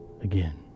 again